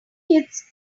kids